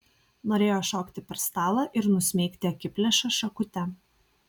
norėjo šokti per stalą ir nusmeigti akiplėšą šakute